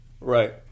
Right